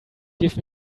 give